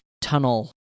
tunnel